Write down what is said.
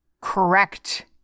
Correct